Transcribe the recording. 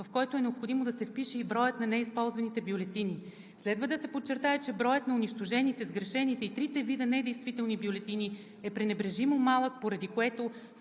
в който е необходимо да се впише и броят на неизползваните бюлетини. Следва да се подчертае, че броят на унищожените, сгрешените и трите вида недействителни бюлетини е пренебрежимо малък, поради което